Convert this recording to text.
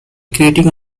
creating